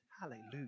Hallelujah